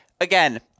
again